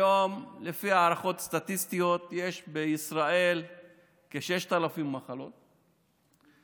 היום לפי הערכות סטטיסטיות יש בישראל כ-6,000 מחלות נדירות.